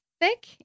thick